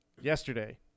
Yesterday